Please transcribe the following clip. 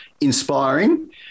inspiring